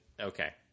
okay